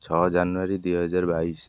ଛଅ ଜାନୁଆରୀ ଦୁଇହଜାର ବାଇଶ